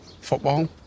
football